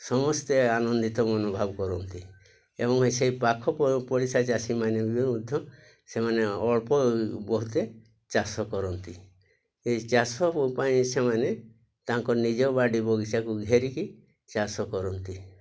ସମସ୍ତେ ଆନନ୍ଦିତ ମନୋଭାବ କରନ୍ତି ଏବଂ ସେଇ ପାଖ ପଡ଼ିଶା ଚାଷୀମାନେ ବି ମଧ୍ୟ ସେମାନେ ଅଳ୍ପ ବହୁତ ଚାଷ କରନ୍ତି ଏ ଚାଷ ପାଇଁ ସେମାନେ ତାଙ୍କ ନିଜ ବାଡ଼ି ବଗିଚାକୁ ଘେରିକି ଚାଷ କରନ୍ତି